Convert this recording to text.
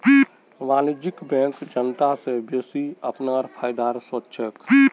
वाणिज्यिक बैंक जनता स बेसि अपनार फायदार सोच छेक